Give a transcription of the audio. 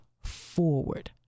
forward